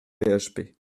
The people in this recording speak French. php